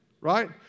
right